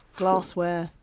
glassware,